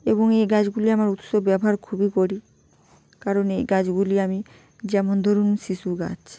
এবং এই গাছগুলি আমার উৎস ব্যবহার খুবই করি কারণ এই গাছগুলি আমি যেমন ধরুন শিশু গাছ